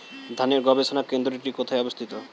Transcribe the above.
ধানের গবষণা কেন্দ্রটি কোথায় অবস্থিত?